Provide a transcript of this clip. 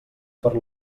per